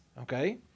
Okay